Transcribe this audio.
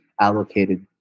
allocated